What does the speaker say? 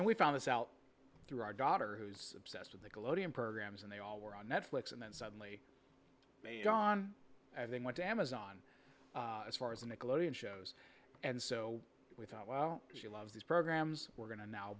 and we found this out through our daughter who's obsessed with the globe and programs and they all were on netflix and then suddenly gone and they went to amazon as far as the nickelodeon shows and so we thought well she loves these programs we're going to now